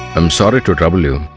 um sorry to trouble you